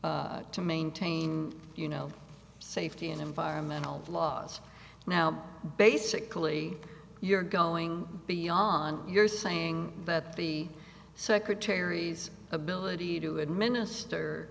t to maintain you know safety and environmental laws now basically you're going beyond you're saying that the secretary's ability to administer